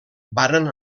varen